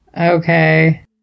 Okay